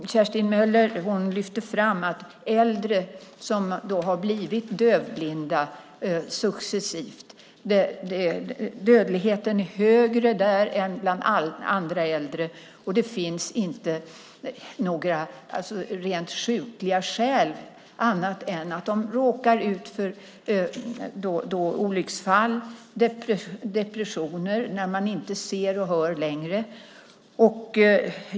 Kerstin Möller lyfte fram äldre som successivt blivit dövblinda. Dödligheten bland dem är högre än bland andra äldre. Det finns inga rena sjukdomsskäl för det annat än att de råkar ut för olycksfall och depressioner när de inte ser och hör längre.